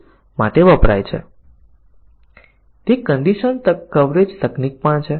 પછી તમે કહેશો કે તમે બહુવિધ શરત કવરેજ જ કેમ ન કરો